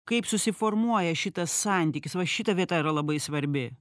kaip susiformuoja šitas santykis va šita vieta yra labai svarbi